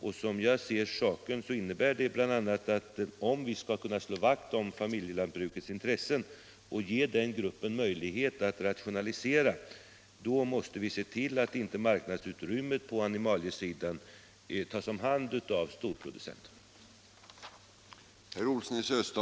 Och som jag ser saken innebär det bl.a. att om vi skall kunna slå vakt om familjelantbrukets intressen och ge det en möjlighet att rationalisera så måste vi se till att marknadsutrymmet på animaliesidan inte tas om hand av storproducenterna.